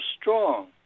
strong